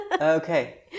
Okay